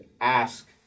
ask